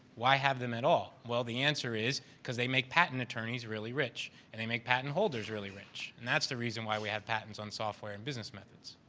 why have them at all? well, the answer is because they make patent attorneys really rich. and they make patent holders really rich. and that's the reason why we have patents on software and business methods.